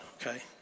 okay